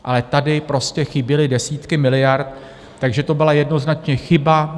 Ale tady prostě chyběly desítky miliard, takže to byla jednoznačně chyba.